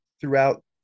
throughout